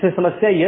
एक है स्टब